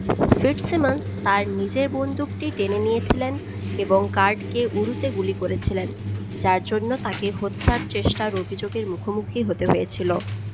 Fitzsimmons তার নিজের বন্দুকটি টেনে নিয়েছিলেন এবং গার্ডকে উরুতে গুলি করেছিলেন যার জন্য তাকে হত্যার চেষ্টার অভিযোগের মুখোমুখি হতে হয়েছিল